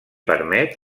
permet